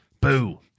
Boo